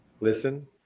listen